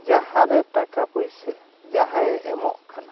ᱡᱟᱦᱟᱸ ᱨᱮ ᱴᱟᱠᱟ ᱯᱩᱭᱥᱟᱹ ᱡᱟᱦᱟᱸᱭ ᱮᱢᱚᱜ ᱠᱟᱱᱟ